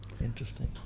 Interesting